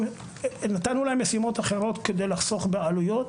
ונתנו להן משימות אחרות כדי לחסוך בעלויות